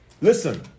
Listen